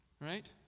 right